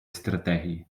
стратегії